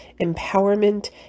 empowerment